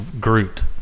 Groot